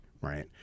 right